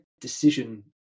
decision